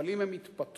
אם הם התפטרו,